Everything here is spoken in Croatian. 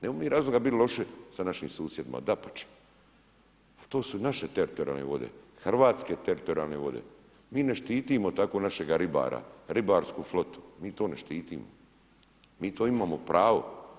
Nemamo mi razloga biti loši sa našim susjedima, dapače jer to su i naše teritorijalne vode, hrvatske teritorijalne vode, mi ne štitimo tako našeg ribara, ribarsku flotu, mi to ne štitimo, mi to imamo pravo.